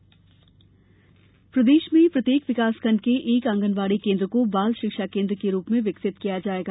बाल शिक्षा केन्द्र प्रदेश में प्रत्येक विकास खण्ड के एक आँगनवाड़ी केन्द्र को बाल शिक्षा केन्द्र के रूप में विकसित किया जाएगा